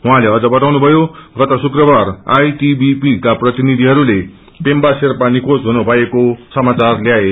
उहाँले अझ बतानु भयो गत शुक्रबार आईटिबीपी का प्रतिनिधिहरूले पेम्बा शेंपा निखोज हुनु भएको समाचार ल्याए